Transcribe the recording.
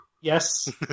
Yes